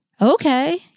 Okay